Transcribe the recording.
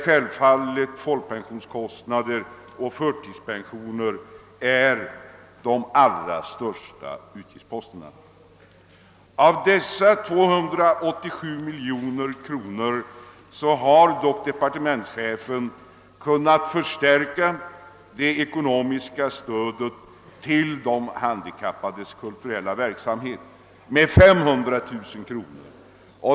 Folkpensionskostnader och kostnader för förtidspensioner är självfallet de största utgiftsposterna. Departementschefen har dock inom ramen för dessa 287 miljoner kronor kunnat förstärka det ekonomiska stödet till de handikappades kulturella verksamhet med 500 000 kronor.